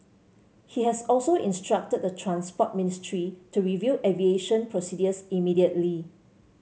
he has also instructed the Transport Ministry to review aviation procedures immediately